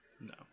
No